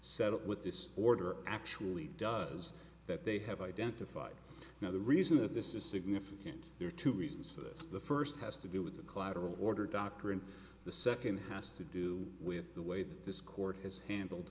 up with this order actually does that they have identified now the reason that this is significant there are two reasons for this the first has to do with the collateral order dr and the second has to do with the way that this court has handled